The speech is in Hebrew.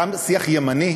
גם שיח ימני,